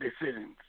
decisions